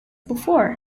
before